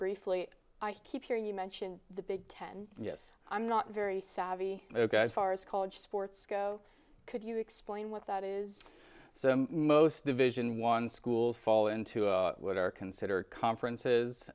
briefly i keep hearing you mention the big ten yes i'm not very savvy as far as college sports go could you explain what that is so most division one schools fall into what are considered conferences